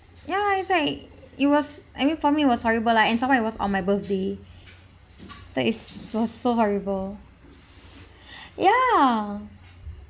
ya lah it's like it was I mean for me it was horrible lah and some more it was on my birthday so is was so horrible ya